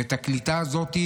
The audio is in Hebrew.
ואת הקליטה הזאת,